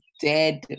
dead